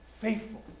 faithful